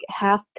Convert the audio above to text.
half